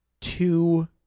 two